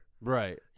right